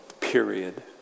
Period